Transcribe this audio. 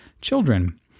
children